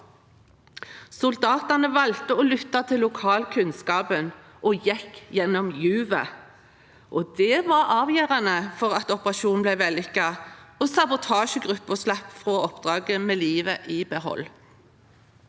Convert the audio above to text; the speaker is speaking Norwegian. Soldatene valgte å lytte til lokalkunnskapen og gikk gjennom juvet. Det var avgjørende for at operasjonen ble vellykket, og sabotasjegruppen slapp fra oppdraget med livet i behold.